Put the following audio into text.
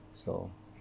so